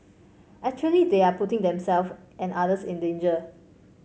actually they are putting them self and others in danger